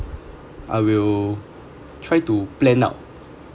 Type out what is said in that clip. I will try to plan out